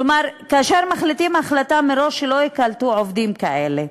כאשר מחליטים החלטה מראש שלא יקלטו עובדים כאלה?